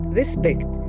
respect